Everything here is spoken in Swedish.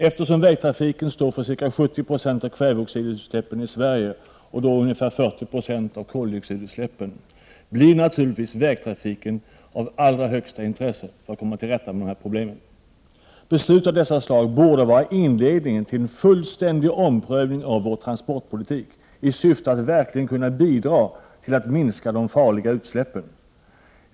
Eftersom vägtrafiken står för ca 70 70 av kväveoxidutsläppen och för ca 40 96 av delar av koldioxidutsläppen i Sverige blir vägtrafiken naturligtvis av största intresse när det gäller att komma till rätta med dessa problem. Beslut av dessa slag borde vara inledningen till en fullständig omprövning av vår transportpolitik i syfte att verkligen kunna bidra till att minska de farliga utsläppen.